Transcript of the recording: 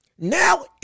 Now